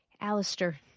Alistair